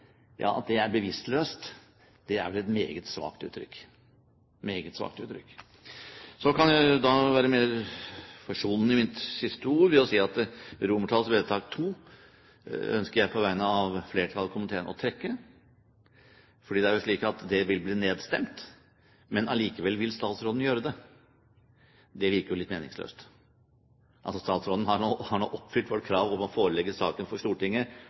at det er bevisstløst, er vel et meget svakt uttrykk – meget svakt uttrykk. Så kan jeg være mer forsonende i mitt siste ord ved å si at II i forslag til vedtak ønsker jeg på vegne av flertallet i komiteen å trekke, for det er jo slik at det vil bli nedstemt, men likevel vil statsråden gjøre det. Det virker jo litt meningsløst. Statsråden har nå oppfylt vårt krav om å forelegge saken om kryptering for Stortinget,